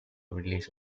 release